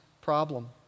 problem